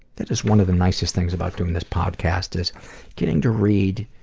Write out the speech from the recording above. that is one of the nicest things about doing this podcast, is getting to read